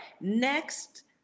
next